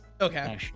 Okay